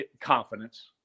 confidence